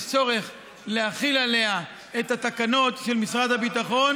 יש צורך להחיל עליה את התקנות של משרד הביטחון,